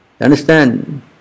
Understand